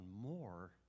more